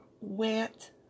wet